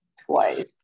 twice